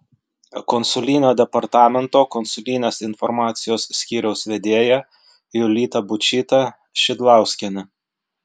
konsulinio departamento konsulinės informacijos skyriaus vedėja jolita būčytė šidlauskienė